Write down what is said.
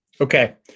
Okay